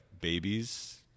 babies